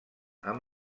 amb